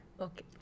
Okay